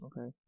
Okay